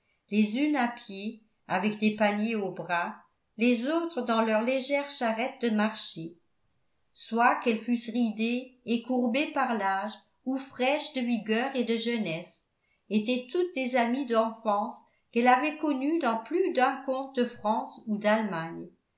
les unes à pied avec des paniers aux bras les autres dans leurs légères charrettes de marché soit qu'elles fussent ridées et courbées par l'âge ou fraîches de vigueur et de jeunesse étaient toutes des amies d'enfance qu'elle avait connues dans plus d'un conte de france ou d'allemagne